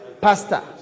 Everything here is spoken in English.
pastor